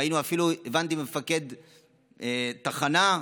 ראינו שמפקד תחנה,